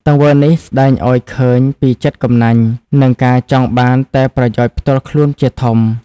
ទង្វើនេះស្ដែងឱ្យឃើញពីចិត្តកំណាញ់ និងការចង់បានតែប្រយោជន៍ផ្ទាល់ខ្លួនជាធំ។